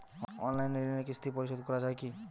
Online ঋণের কিস্তি পরিশোধ করা যায় কি?